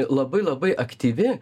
labai labai aktyvi